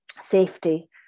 safety